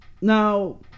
now